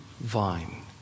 vine